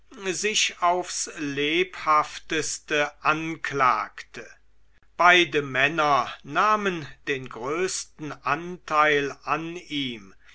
sich aufs lebhafteste anklagte beide männer nahmen den größten anteil an ihm